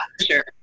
Sure